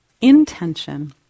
intention